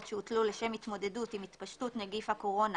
שהוטלו לשם התמודדות עם התפשטות נגיף הקורונה